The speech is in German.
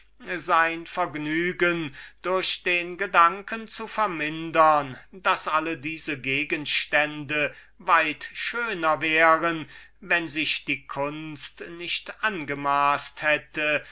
sein vergnügen durch den gedanken zu vermindern daß alle diese gegenstände weit schöner wären wenn sich die kunst nicht angemaßet hätte